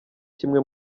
imwe